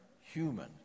human